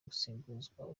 gusimbuzwa